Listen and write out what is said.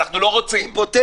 אני רוצה לחדד,